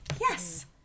Yes